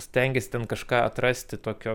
stengiasi ten kažką atrasti tokio